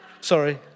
sorry